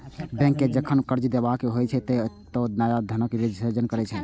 bank कें जखन कर्ज देबाक होइ छै, ते ओ नया धनक सृजन करै छै